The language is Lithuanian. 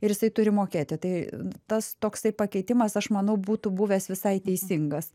ir jisai turi mokėti tai tas toksai pakeitimas aš manau būtų buvęs visai teisingas